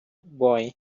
boy